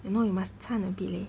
you know you must 掺 a bit leh